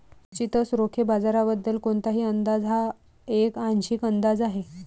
निश्चितच रोखे बाजाराबद्दल कोणताही अंदाज हा एक आंशिक अंदाज आहे